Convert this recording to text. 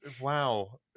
wow